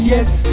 Yes